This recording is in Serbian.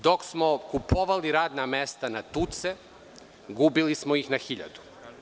Dok smo kupovali radna mesta na tuce, gubili smo ih na hiljadu.